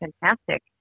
fantastic